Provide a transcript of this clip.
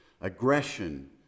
aggression